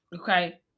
Okay